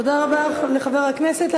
תודה רבה לחבר הכנסת.